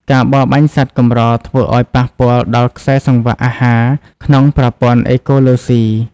ការបរបាញ់សត្វកម្រធ្វើឱ្យប៉ះពាល់ដល់ខ្សែសង្វាក់អាហារក្នុងប្រព័ន្ធអេកូឡូស៊ី។